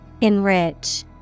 Enrich